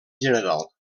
general